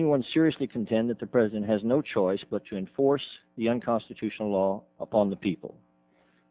anyone seriously contend that the president has no choice but to enforce the young constitutional law upon the people